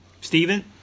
Stephen